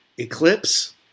Eclipse